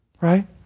right